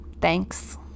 Thanks